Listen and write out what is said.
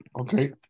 okay